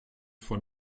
von